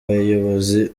bayobozi